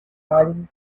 lighting